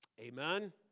Amen